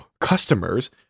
customers